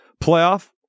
playoff